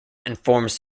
informs